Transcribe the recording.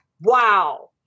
Wow